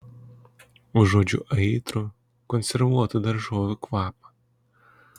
užuodžiu aitrų konservuotų daržovių kvapą